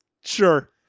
Sure